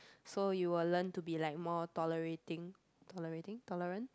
so you will learn to be like more tolerating tolerating tolerant